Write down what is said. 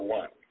one